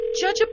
judge